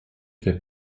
für